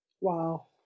Wow